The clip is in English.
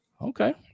Okay